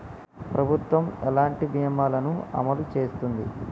ప్రభుత్వం ఎలాంటి బీమా ల ను అమలు చేస్తుంది?